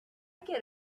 get